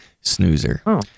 snoozer